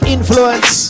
Influence